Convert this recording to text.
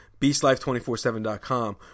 beastlife247.com